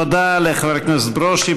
תודה לחבר הכנסת ברושי.